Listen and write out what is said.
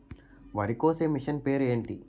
వరి కోసే మిషన్ పేరు ఏంటి